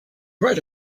right